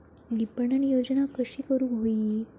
विपणन योजना कशी करुक होई?